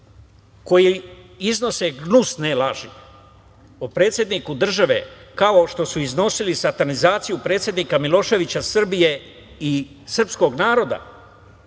koji iznose gnusne laži o predsedniku države, kao što su iznosili satanizaciju predsednika Miloševića, Srbije i srpskog naroda